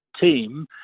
team